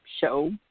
show